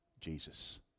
Jesus